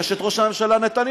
יש את ראש הממשלה נתניהו,